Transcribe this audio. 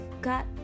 got